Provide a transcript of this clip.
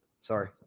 sorry